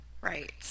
right